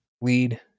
lead